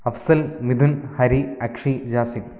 Afsal Mithun Hari Akshi Jasim